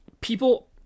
People